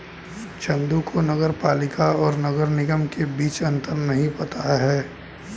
चंदू को नगर पालिका और नगर निगम के बीच अंतर नहीं पता है